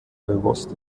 bewusst